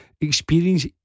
experience